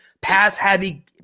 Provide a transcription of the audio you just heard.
pass-heavy